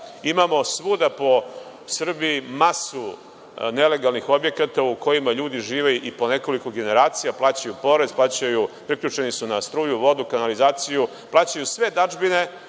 Imamo svuda po Srbiji masu nelegalnih objekata u kojima ljudi žive i po nekoliko generacija, plaćaju porez, priključeni su na struju, vodu, kanalizaciju, plaćaju sve dažbine